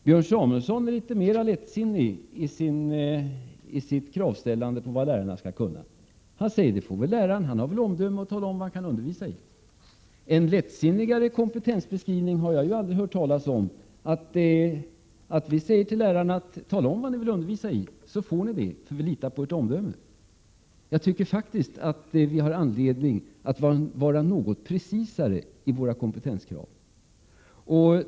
Björn Samuelson är litet mer lättsinnig när det gäller kraven på vad lärarna skall kunna. Björn Samuelson säger att läraren väl har tillräckligt gott omdöme för att kunna tala om i vilka ämnen han kan undervisa. En lättsinnigare kompetensbeskrivning har jag aldrig hört talas om. Vi skulle alltså säga till lärarna: Tala om i vilka ämnen ni vill undervisa, så får ni göra det, eftersom vi litar på ert omdöme. Jag tycker faktiskt att vi har anledning att vara något mer precisa i våra kompetenskrav.